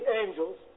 angels